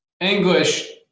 English